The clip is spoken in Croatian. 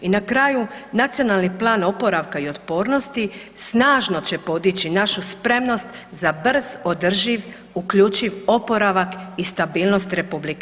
I na kraju Nacionalni plan oporavka i otpornosti snažno će podići našu spremnost za brz, održiv, uključiv oporavak i stabilnost RH.